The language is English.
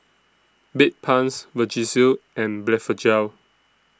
Bedpans Vagisil and Blephagel